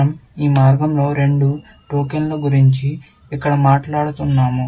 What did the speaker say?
మన০ ఈ మార్గంలో రెండు టోకెన్ల గురించి ఇక్కడ మాట్లాడుతున్నాము